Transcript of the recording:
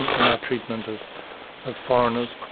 and and our treatment of ah foreigners,